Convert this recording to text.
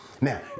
Now